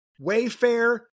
Wayfair